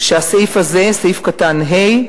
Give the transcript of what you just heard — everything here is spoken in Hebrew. שהסעיף הזה, סעיף קטן (ה),